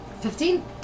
Fifteen